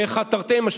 פה אחד תרתי משמע,